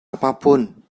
apapun